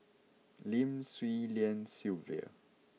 Lim Swee Lian Sylvia